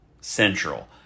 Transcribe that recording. Central